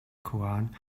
koran